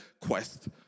quest